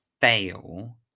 fail